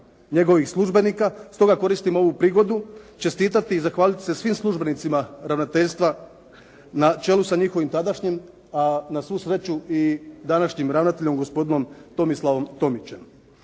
njegovih službenika. Stoga koristim ovu prigodu čestitati i zahvaliti se svim službenicima ravnateljstva na čelu sa njihovim tadašnjim a na svu sreću i današnjim ravnateljem gospodinom Tomislavom Tomićem.